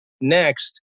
next